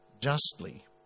justly